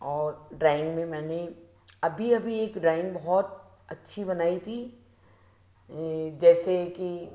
और ड्राइंग में मैंने अभी अभी एक ड्राइंग बहुत अच्छी बनाई थी जैसे कि